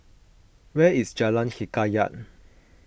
where is Jalan Hikayat